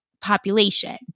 population